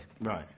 right